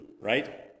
right